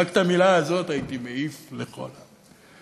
רק את המילה הזאת הייתי מעיף לכל ה-;